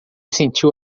sentiu